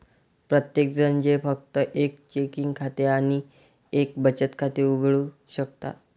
प्रत्येकजण जे फक्त एक चेकिंग खाते आणि एक बचत खाते उघडू शकतात